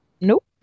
Nope